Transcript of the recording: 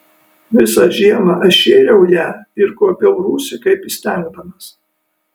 visą žiemą aš šėriau ją ir kuopiau rūsį kaip įstengdamas